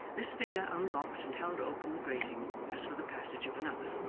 this figure unlocked and held open the grating as for the passage of another,